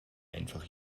einfach